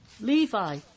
Levi